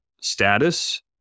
status